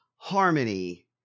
Harmony